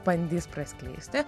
bandys praskleisti